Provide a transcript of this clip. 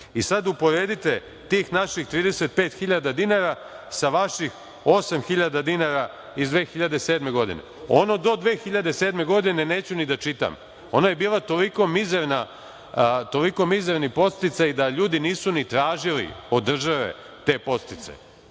Sada uporedite tih naših 35.000 dinara sa vaših 8.000 dinara iz 2007. godine. Ono do 2007. godine neću ni da čitam. Ono su bili toliko mizerni podsticaji da ljudi nisu ni tražili od države te podsticaje,